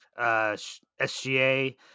sga